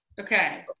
Okay